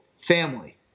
family